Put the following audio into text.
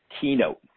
keynote